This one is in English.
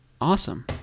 Awesome